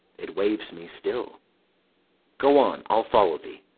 it waves me still go on i'll follow thee.